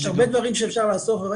יש הרבה דברים שאפשר לעשות.